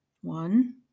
one